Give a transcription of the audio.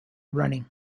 running